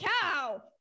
cow